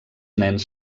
nens